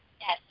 Yes